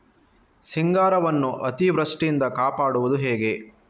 ಸಿಂಗಾರವನ್ನು ಅತೀವೃಷ್ಟಿಯಿಂದ ಕಾಪಾಡುವುದು ಹೇಗೆ?